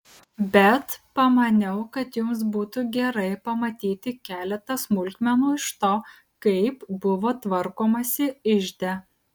bet pamaniau kad jums būtų gerai pamatyti keletą smulkmenų iš to kaip buvo tvarkomasi ižde